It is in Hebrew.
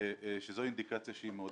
שזו אינדיקציה שהיא מעודדת.